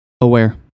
aware